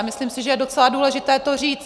Myslím si, že je docela důležité to říct.